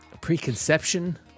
preconception